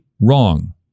wrong